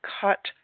cut